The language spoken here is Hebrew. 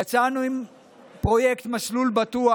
יצאנו עם פרויקט מסלול בטוח,